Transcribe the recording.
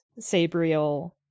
Sabriel